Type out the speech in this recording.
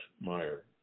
Meyer